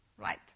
right